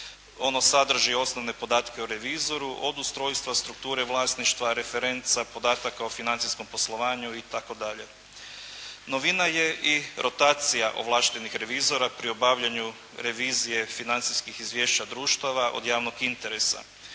Ono sadrži osnovne podatke o revizoru od ustrojstva strukture vlasništva, referenca, podataka o financijskom poslovanju itd. Novina je i rotacija ovlaštenih revizora pri obavljanju revizije financijskih izvješća društava od javnog interesa,